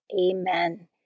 Amen